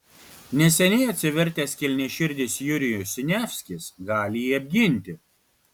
neseniai atsivertęs kilniaširdis jurijus siniavskis gali jį apginti